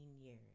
years